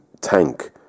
tank